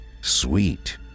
Sweet